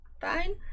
fine